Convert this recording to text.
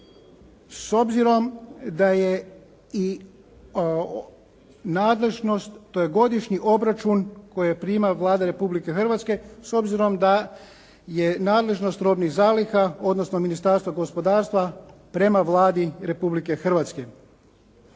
s obzirom da je i nadležnost to je godišnji obračun koji prima Vlada Republike Hrvatske s obzirom da je nadležnost robnih zaliha odnosno Ministarstva gospodarstva prema Vladi Republike Hrvatske.